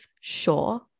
sure